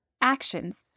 Actions